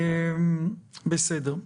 בסדר.